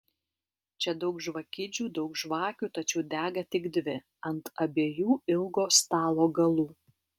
čia daug žvakidžių daug žvakių tačiau dega tik dvi ant abiejų ilgo stalo galų